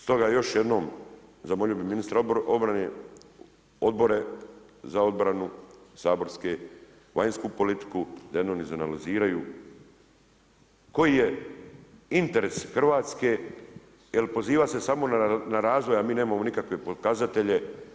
Stoga još jednom zamolio bih ministra obrane, Odbora za obranu saborske, vanjsku politiku da jednom izanaliziraju koji je interes Hrvatske jer poziva se samo na razvoj, a mi nemamo nikakve pokazatelje.